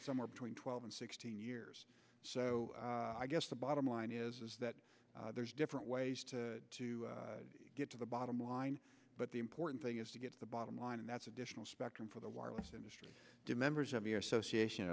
somewhere between twelve and sixteen years so i guess the bottom line is that there's different ways to get to the bottom line but the important thing is to get to the bottom line and that's additional spectrum for the wireless industry to members of your association